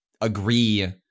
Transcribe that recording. agree